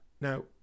Now